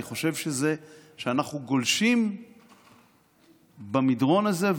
אני חושב שאנחנו גולשים במדרון הזה,